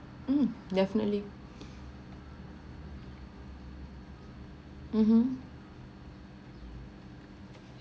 mm definitely mmhmm